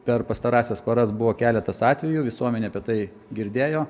per pastarąsias paras buvo keletas atvejų visuomenė apie tai girdėjo